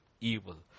evil